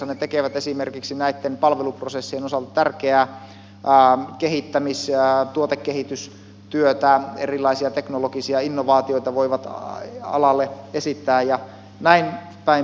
ne tekevät esimerkiksi näitten palveluprosessien osalta tärkeää kehittämis tuotekehitystyötä erilaisia teknologisia innovaatioita voivat alalle esittää jnp